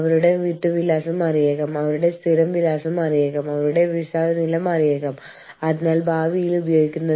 നമ്മൾ ഒരു ഉൽപ്പന്നമോ സേവനമോ ഉൽപ്പാദിപ്പിക്കുമ്പോൾ ഏത് മാനദണ്ഡങ്ങളാണ് നമ്മൾ പാലിക്കുന്നത്